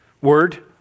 Word